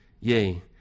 yea